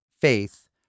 faith